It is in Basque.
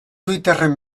twitterren